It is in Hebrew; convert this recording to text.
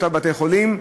לאותם בתי-חולים,